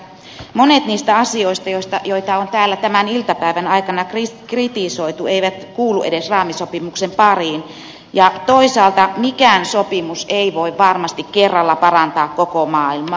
monet niistä asioista joita on täällä tämän iltapäivän aikana kritisoitu eivät edes kuulu raamisopimuksen pariin ja toisaalta mikään sopimus ei voi varmasti kerralla parantaa koko maailmaa